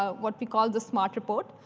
ah what we call the smart report.